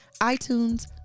iTunes